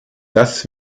das